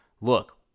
look